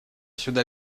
сюда